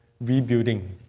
rebuilding